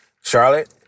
Charlotte